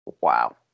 wow